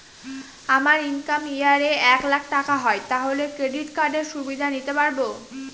আমার income year এ এক লাক টাকা হয় তাহলে ক্রেডিট কার্ড এর সুবিধা নিতে পারবো?